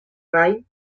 rai